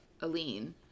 aline